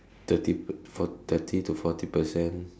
thirty fort~ thirty to forty percent